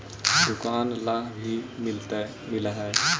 दुकान ला भी मिलहै?